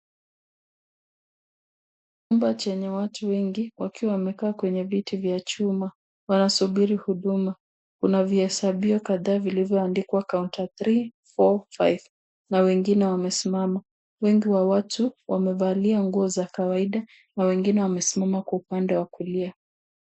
Chumba chenye watu wengi wakiwa wamekaa kwenye viti vya chuma wanasubiri huduma. Kuna vihesabio kadhaa vilivyoandikwa kaunta [c]three, four, five[c] na wengine wamesimama. Wengi wa watu wamevalia nguo za kawaida na wengine wamesimama kwa upande wa kulia.